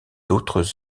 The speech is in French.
d’autres